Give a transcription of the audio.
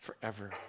forever